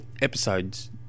episodes